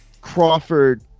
Crawford